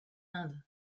inde